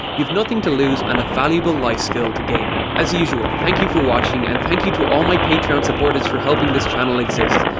you have nothing to lose and a valuable life skill to gain. as usual, thank you for watching and thank you to all my patreon supporters for helping this channel exist.